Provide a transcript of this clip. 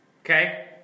Okay